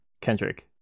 Kendrick